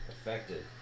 affected